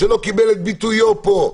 שלא קיבל את ביטויו כאן,